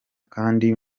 kandi